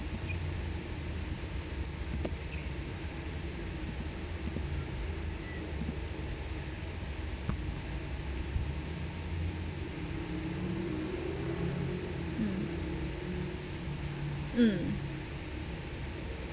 mm